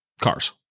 cars